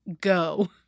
Go